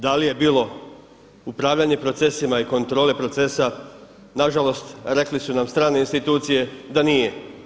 Da li je bilo upravljanje procesima i kontrole procesa, nažalost rekle su nam strane institucije da nije.